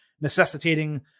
necessitating